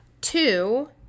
two